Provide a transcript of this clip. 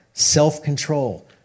Self-control